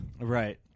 Right